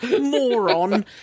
moron